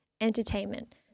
entertainment